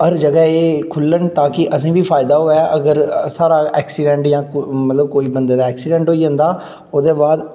हर जगह् एह् खुल्लन ताकि असें बी फायदा होऐ अगर साढ़ा ऐक्सिडेंट जां कोई मतलब कोई बंदे दा ऐक्सिडेंट होई जंदा ओह्दे बाद